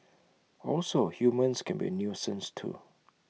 also humans can be A nuisance too